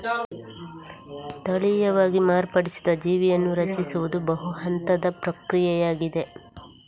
ತಳೀಯವಾಗಿ ಮಾರ್ಪಡಿಸಿದ ಜೀವಿಯನ್ನು ರಚಿಸುವುದು ಬಹು ಹಂತದ ಪ್ರಕ್ರಿಯೆಯಾಗಿದೆ